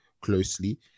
closely